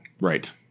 Right